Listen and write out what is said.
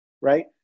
right